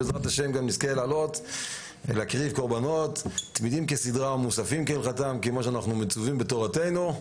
בעזרת השם נזכה לעלות ולהקריב קורבנות כמו שאנחנו מצווים בתורתנו.